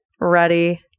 ready